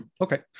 Okay